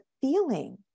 feeling